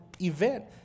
event